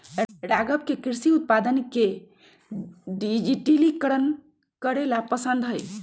राघव के कृषि उत्पादक के डिजिटलीकरण करे ला पसंद हई